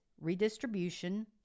redistribution